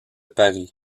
paris